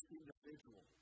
individual